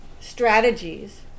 strategies